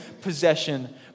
possession